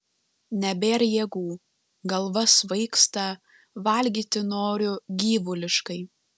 nebėr jėgų galva svaigsta valgyti noriu gyvuliškai